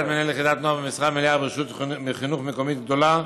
מנהל יחידת נוער במשרה מלאה ברשות חינוך מקומית גדולה,